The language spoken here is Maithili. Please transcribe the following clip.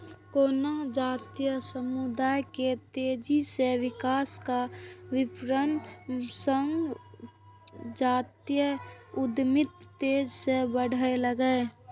कोनो जातीय समुदाय के तेजी सं विकास आ विस्तारक संग जातीय उद्यमिता तेजी सं बढ़लैए